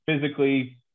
physically